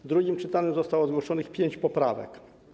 W drugim czytaniu zostało zgłoszonych pięć poprawek.